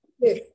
Yes